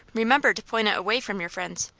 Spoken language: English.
remember to point it away from your friends.